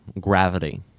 gravity